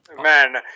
Man